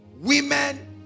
Women